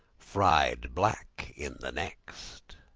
fried black in the next.